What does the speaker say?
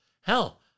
Hell